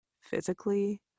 physically